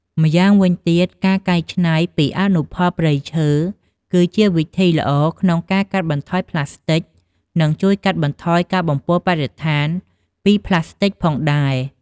ម្យ៉ាងវិញទៀតការកែច្នៃពីអនុផលព្រៃឈើ គឺជាវិធីល្អក្នុងការកាត់បន្ថយផ្លាស្តិចនិងជួយកាត់បន្ថយការបំពុលបរិស្ថានពីផ្លាស្ទិចផងដែរ។